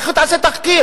איך היא תעשה תחקיר?